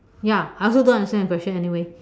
ya I also don't understand the question anyway